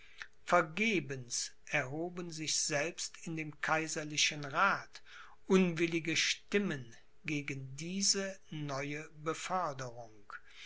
vergebens erhoben sich selbst in dem kaiserlichen rath unwillige stimmen gegen diese neue beförderung